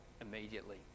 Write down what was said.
immediately